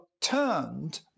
turned